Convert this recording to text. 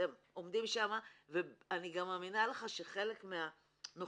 אתם עומדים שם ואני גם מאמינה לך שחלק מהנוכחות